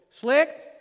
Slick